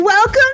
Welcome